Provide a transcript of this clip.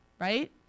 right